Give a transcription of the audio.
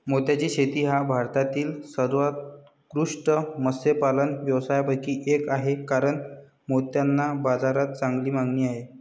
मोत्याची शेती हा भारतातील सर्वोत्कृष्ट मत्स्यपालन व्यवसायांपैकी एक आहे कारण मोत्यांना बाजारात चांगली मागणी आहे